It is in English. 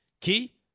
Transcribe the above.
Key